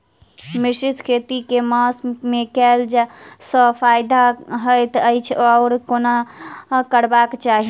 मिश्रित खेती केँ मास मे कैला सँ फायदा हएत अछि आओर केना करबाक चाहि?